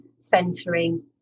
centering